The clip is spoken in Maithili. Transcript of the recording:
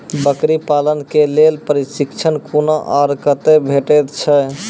बकरी पालन के लेल प्रशिक्षण कूना आर कते भेटैत छै?